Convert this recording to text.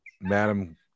Madam